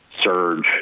surge